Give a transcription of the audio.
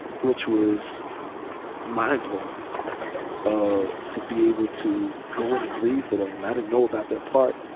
which was mind blowing ah to be able to go in and read for that. and i didn't know about that part.